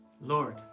Lord